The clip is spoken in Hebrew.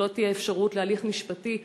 שלא תהיה אפשרות להליך משפטי,